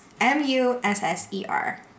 M-U-S-S-E-R